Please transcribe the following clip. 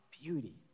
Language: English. beauty